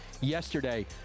yesterday